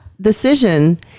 decision